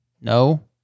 No